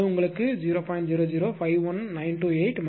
0051928 j0